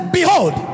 Behold